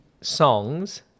songs